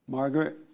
Margaret